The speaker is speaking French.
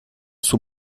sous